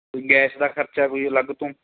ਕੋਈ ਗੈਸ ਦਾ ਖਰਚਾ ਕੋਈ ਅਲੱਗ ਤੋਂ